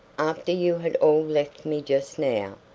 after you had all left me just now,